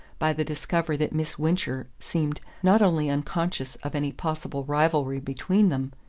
by the discovery that miss wincher seemed not only unconscious of any possible rivalry between them,